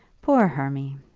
poor hermy!